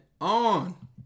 on